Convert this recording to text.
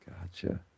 Gotcha